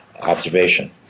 observation